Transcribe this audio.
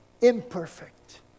imperfect